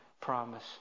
promise